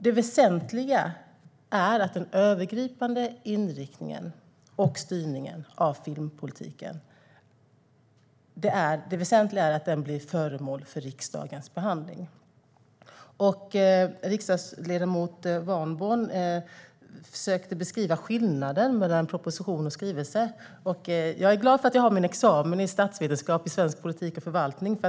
Det väsentliga är att den övergripande inriktningen för och styrningen av filmpolitiken blir föremål för riksdagens behandling. Riksdagsledamot Warborn försökte beskriva skillnaden mellan proposition och skrivelse. Jag är glad att jag har min examen i statsvetenskap i svensk politik och förvaltning.